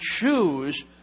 choose